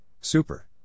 super